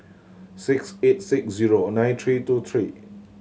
six eight six zero nine three two three